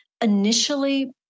Initially